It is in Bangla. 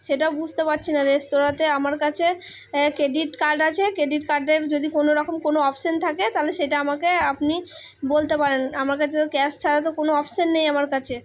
সেটাও বুঝতে পারছি না রেস্তোরাঁতে আমার কাছে ক্রেডিট কার্ড আছে ক্রেডিট কার্ডের যদি কোনোরকম কোনো অপশন থাকে তাহলে সেটা আমাকে আপনি বলতে পারেন আমার কাছে তো ক্যাশ ছাড়া তো কোনো অপশন নেই আমার কাছে